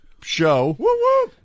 show